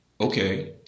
okay